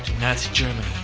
nazi germany,